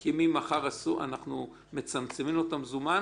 כי ממחר אנחנו מצמצמים לו את המזומן